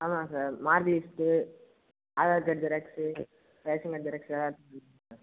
ஆமாம் sir mark list Aadhaar card xerox ration card xerox எல்லாம் எடுத்துகிட்டு